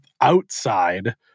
outside